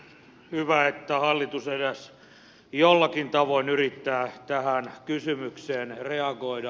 hyvä että hallitus edes joillakin tavoin yrittää tähän kysymykseen reagoida